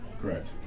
Correct